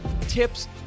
tips